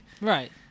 right